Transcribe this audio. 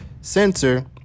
sensor